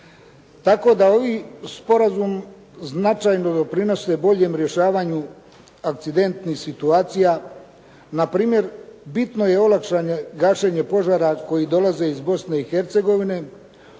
tako da ovi sporazumi značajno doprinose boljem rješavanju akcidentnih situacija. Npr. bitno je olakšano gašenje požara koji dolaze iz Bosne i Hercegovine,